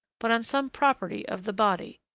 but on some property of the body.